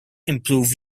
improve